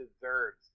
deserves